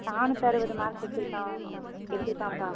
நானூற்று அறுபது மார்க் எடுத்துருக்கான் எடுத்துருக்கான்ப்பா